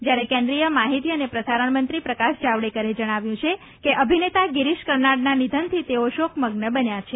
જ્યારે કેન્દ્રીય માહિતી અને પ્રસારણ મંત્રી પ્રકાશ જાવડેકરે જણાવ્યું છે કે અભિનેતા ગિરિશ કર્નાડના નિધનથી તેઓ શોકમગ્ન બન્યા છે